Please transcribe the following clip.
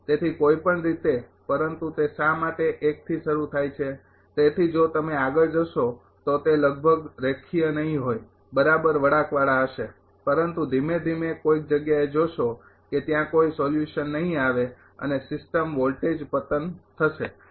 તેથી કોઈપણ રીતે પરંતુ તે શા માટે થી શરૂ થાય છે તેથી જો તમે આગળ જશો તો તે લગભગ રેખીય નહીં હોય બરાબર વળાંકવાળા હશે પરંતુ ધીમે ધીમે કોઈક જગ્યાએ જોશો કે ત્યાં કોઈ સોલ્યુશન નહીં આવે અને સિસ્ટમ વોલ્ટેજ પતન થશે બરાબર